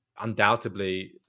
undoubtedly